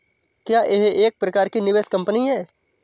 क्या यह एक प्रकार की निवेश कंपनी है?